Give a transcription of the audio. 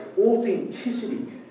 authenticity